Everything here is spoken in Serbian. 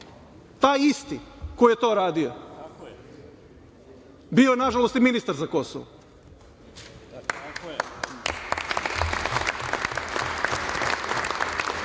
Taj isti koji je to radio. Bio je nažalost i ministar za Kosovo. Ne